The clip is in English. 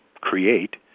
create